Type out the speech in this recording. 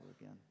again